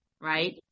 right